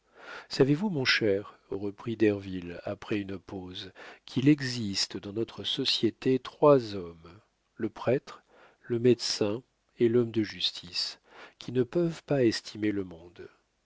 savez-vous mon cher reprit derville après une pause qu'il existe dans notre société trois hommes le prêtre le médecin et l'homme de justice qui ne peuvent pas estimer le monde